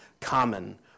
common